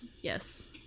yes